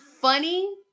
funny